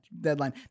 deadline